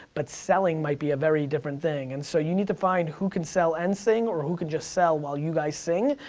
but selling might be a very different thing. and so you need to find who can sell and sing, or who can just sell, while you guys sing,